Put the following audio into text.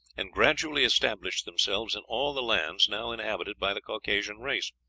and gradually established themselves in all the lands now inhabited by the caucasian race.